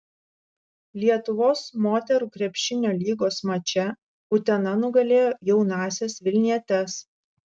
lietuvos moterų krepšinio lygos mače utena nugalėjo jaunąsias vilnietes